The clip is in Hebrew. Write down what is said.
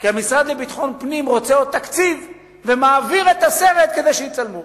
כי המשרד לביטחון פנים רוצה עוד תקציב ומעביר את הסרט כדי שיצלמו.